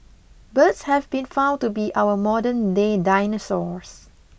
birds have been found to be our modernday dinosaurs